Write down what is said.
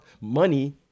money